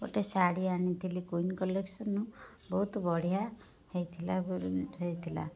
ଗୋଟେ ଶାଢ଼ି ଆଣିଥିଲି କୁଇନ୍ କଲେକ୍ସନ୍ରୁ ବହୁତ ବଢ଼ିଆ ହେଇଥିଲା ହେଇଥିଲା